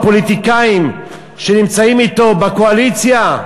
הפוליטיקאים שנמצאים אתו בקואליציה,